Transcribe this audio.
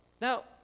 Now